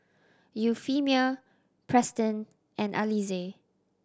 Euphemia Preston and Alize